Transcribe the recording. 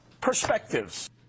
perspectives